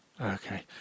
Okay